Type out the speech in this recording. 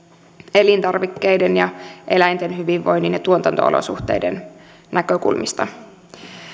elintarvikkeiden ja eläinten hyvinvoinnin ja tuotanto olosuhteiden näkökulmista